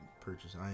purchase